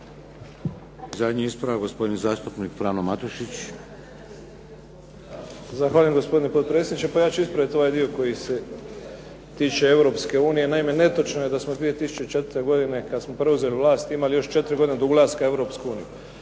zadnji ispravak, gospodin zastupnik Frano Matušić. **Matušić, Frano (HDZ)** Zahvaljujem gospodine potpredsjedniče. Pa ja ću ispraviti ovaj dio koji se tiče Europske unije. Naime, netočno je da smo 2004. godine kad smo preuzeli vlast imali još 4 godine do ulaska u Europsku uniju.